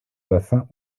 bassins